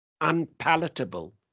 unpalatable